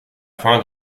fin